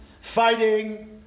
fighting